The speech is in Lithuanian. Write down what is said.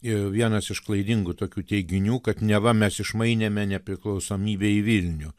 ir vienas iš klaidingų tokių teiginių kad neva mes išmainėme nepriklausomybę į vilnių